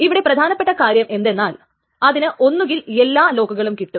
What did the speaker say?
ഇത് കൂടുതൽ ട്രാൻസാക്ഷനുകളെ വിജയകരമായി പൂർത്തിയാക്കുവാൻ സഹായിക്കുന്നു